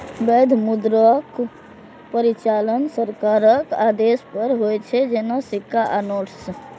वैध मुद्राक परिचालन सरकारक आदेश पर होइ छै, जेना सिक्का आ नोट्स